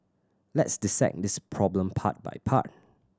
let's dissect this problem part by part